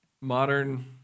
modern